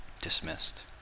dismissed